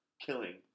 killing